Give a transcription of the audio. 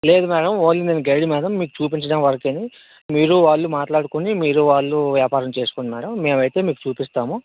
లేదు madam only నేను guide madam మీకు చూపించడం వరకేను మీరు వాళ్ళు మాట్లాడుకుని మీరు వాళ్ళు వ్యాపారం చేసుకోండి మ్యాడమ్ మేమైతే మీకు చూపిస్తాము